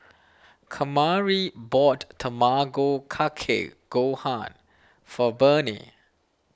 Kamari bought Tamago Kake Gohan for Bernie